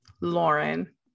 Lauren